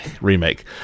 remake